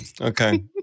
Okay